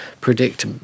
predict